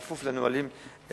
כפוף לנהלים ולחוק.